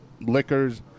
liquors